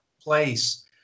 place